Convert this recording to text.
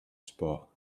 spot